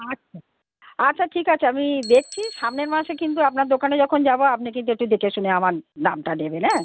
আচ্ছা আচ্ছা ঠিক আছে আমি দেখছি সামনের মাসে কিন্তু আপনার দোকানে যখন যাবো আপনি কিন্তু একটু দেখে শুনে আমার দামটা নেবেন হ্যাঁ